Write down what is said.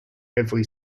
every